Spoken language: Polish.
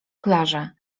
klarze